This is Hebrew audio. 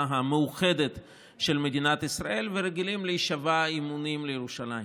המאוחדת של מדינת ישראל ורגילים להישבע אמונים לירושלים.